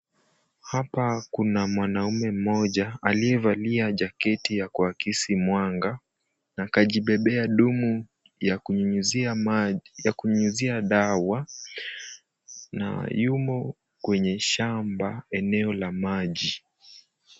Hapa kuna mwanaume mmoja aliyevalia jaketi ya kuakisi mwanga na kajibebea dumu ya kunyunyizia dawa na yumo kwenye shamba eneo la maji.